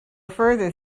further